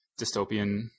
dystopian